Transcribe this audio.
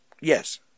Yes